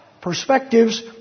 perspectives